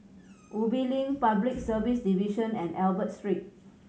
Ubi Link Public Service Division and Albert Street